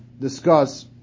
discuss